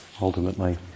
ultimately